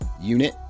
unit